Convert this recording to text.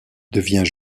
devient